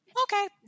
okay